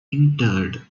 interred